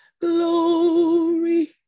glory